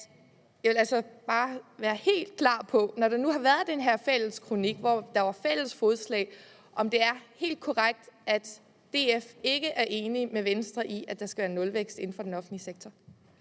det offentlige på 0,8 procent. Når der nu har været den her fælles kronik, hvor der var fælles fodslag, vil jeg bare være helt klar på, om det er helt korrekt, at DF ikke er enig med Venstre i, at der skal være nulvækst inden for den offentlige sektor.